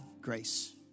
grace